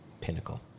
pinnacle